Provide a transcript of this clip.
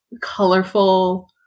colorful